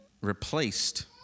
replaced